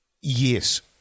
Yes